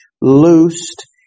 loosed